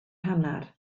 hanner